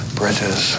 bridges